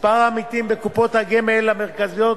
מספר העמיתים בקופות הגמל המרכזיות